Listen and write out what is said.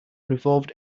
revolved